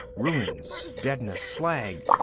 ruins, deadness, slag.